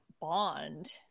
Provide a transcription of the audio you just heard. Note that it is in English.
bond